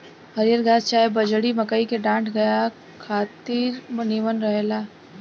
हरिहर घास चाहे बजड़ी, मकई के डांठ गाया खातिर निमन रहेला